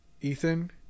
Ethan